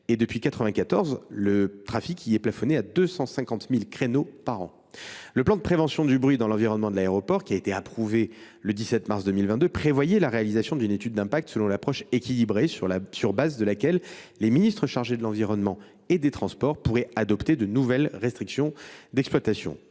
et, depuis 1994, le trafic y est plafonné à 250 000 créneaux par an. Le plan de prévention du bruit dans l’environnement de l’aéroport, qui a été approuvé le 17 mars 2022, prévoyait la réalisation d’une étude d’impact selon l’approche équilibrée, sur laquelle les ministres chargés de l’environnement et des transports pourraient s’appuyer pour adopter de nouvelles restrictions d’exploitation.